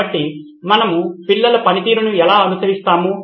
కాబట్టి మనము పిల్లల పనితీరును ఎలా అనుసరిస్తాము